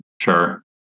Sure